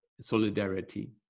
solidarity